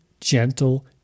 gentle